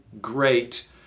great